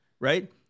Right